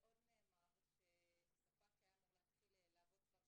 עוד נאמר שספק שהיה אמור להתחיל לעבוד כבר,